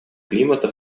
климата